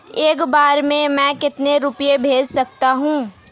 एक बार में मैं कितने रुपये भेज सकती हूँ?